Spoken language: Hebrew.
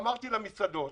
אמרתי למסעדות: